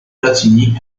platini